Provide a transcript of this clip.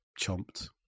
chomped